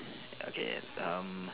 okay some